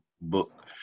book